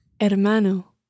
Hermano